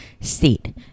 state